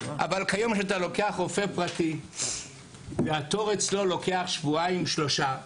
אבל כיום כשאתה לוקח רופא פרטי והתור אצלו לוקח שבועיים שלושה,